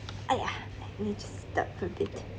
!aiya! let me just start with it